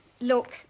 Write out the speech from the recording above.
Look